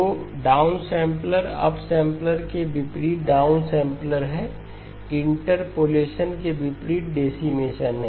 तो डाउनसेंपलर अप्पसैंपलरके विपरीत डाउन सैंपलर हैइंटरपोलेशन के विपरीत डेसिमेशन है